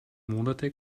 monate